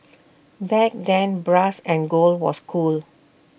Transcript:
back then brass and gold was cool